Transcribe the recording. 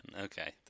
Okay